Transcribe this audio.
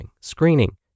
screening